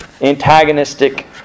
antagonistic